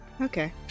okay